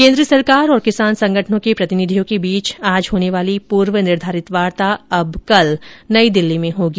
केन्द्र सरकार और किसान संगठनों के प्रतिनिधियों के बीच आज होने वाली पूर्व निर्धारित वार्ता अब कल नई दिल्ली में होगी